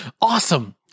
Awesome